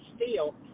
steel